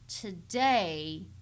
today